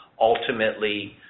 ultimately